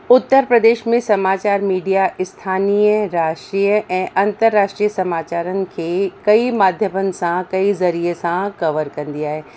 उतर प्रदेश में समाचार मीडिया स्थानीय राष्ट्रिय ऐं अंतर राष्ट्रिय समाचारनि खे कई माध्यमनि सां कई ज़रिए सां कवर कंदी आहे